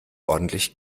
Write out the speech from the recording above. ordentlich